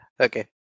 Okay